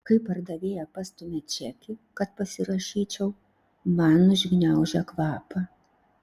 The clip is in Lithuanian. kai pardavėja pastumia čekį kad pasirašyčiau man užgniaužia kvapą